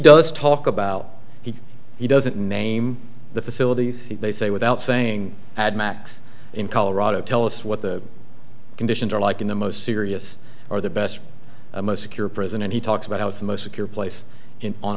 does talk about he he doesn't name the facilities they say without saying add math in colorado tell us what the conditions are like in the most serious or the best most secure prison and he talks about how it's the most secure place